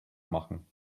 machen